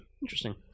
Interesting